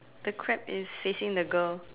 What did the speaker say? the crab is facing the girl